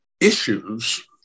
issues